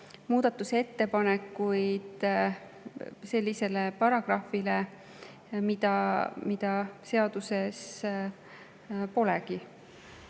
muudatusettepanekuid sellise paragrahvi kohta, mida seaduses polegi.